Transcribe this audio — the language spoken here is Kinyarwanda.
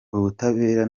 ubutabera